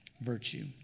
virtue